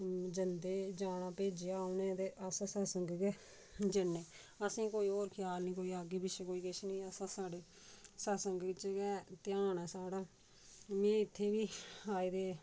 जंदे जाना भेजेआ उनें ते अस सत्संग गे जन्ने असें कोई होर ख्याल नी कोई अग्गें पिच्छें कोई किश नेईं अस साढ़े सत्संग च गै ध्यान ऐ साढ़ा मि इत्थें बी आए दे